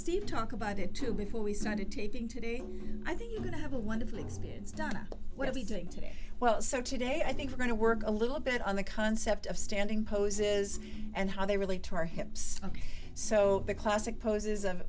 seen talk about it to before we started taping to do i think you're going to have a wonderful experience donna what are we doing today well so today i think we're going to work a little bit on the concept of standing poses and how they relate to our hips ok so the classic poses a